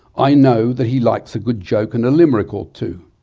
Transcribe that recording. i know that he likes a good joke, and a limerick or two.